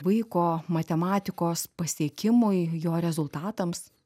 vaiko matematikos pasiekimui jo rezultatams